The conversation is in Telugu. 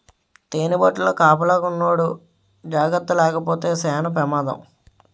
తేనిపట్టుల కాపలాకున్నోడు జాకర్తగాలేపోతే సేన పెమాదం